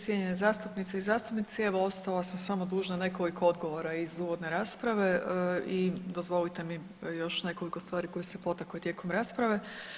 Cijenjene zastupnice i zastupnici evo ostala sam samo dužna nekoliko odgovora iz uvodne rasprave i dozvolite mi još nekoliko stvari koje ste potakli tijekom rasprave.